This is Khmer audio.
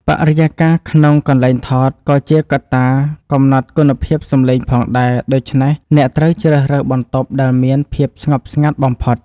បរិយាកាសនៅក្នុងកន្លែងថតក៏ជាកត្តាកំណត់គុណភាពសំឡេងផងដែរដូច្នេះអ្នកត្រូវជ្រើសរើសបន្ទប់ដែលមានភាពស្ងប់ស្ងាត់បំផុត។